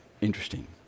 interesting